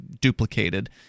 duplicated